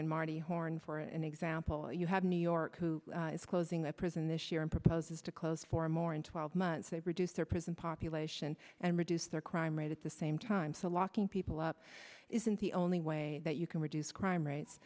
and marty horn for an example you have new york who is closing that prison this year and proposes to close for more in twelve months they reduce their prison population and reduce their crime rate at the same time so locking people up isn't the only way that you can reduce crime rates